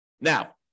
Now